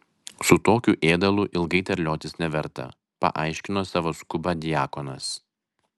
su tokiu ėdalu ilgai terliotis neverta paaiškino savo skubą diakonas